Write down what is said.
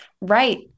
Right